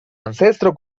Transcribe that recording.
ancestro